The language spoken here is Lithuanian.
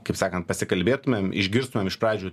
kaip sakant pasikalbėtumėm išgirstumėm iš pradžių